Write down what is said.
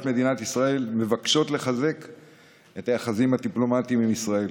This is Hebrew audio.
מדינת ישראל מבקשות לחזק את היחסים הדיפלומטיים עם ישראל,